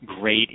great